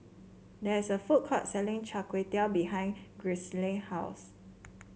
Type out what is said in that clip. there is a food court selling Char Kway Teow Behind Grisely house